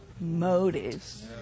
motives